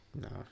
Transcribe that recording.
No